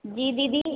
जी दीदी